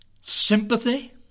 sympathy